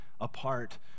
apart